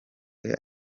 york